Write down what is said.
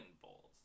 bowls